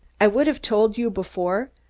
i would have told you before,